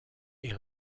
est